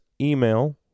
email